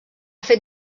fet